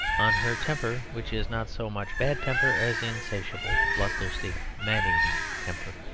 on her temper which is not so much bad temper as insatiable, bloodthirsty, man-eating temper.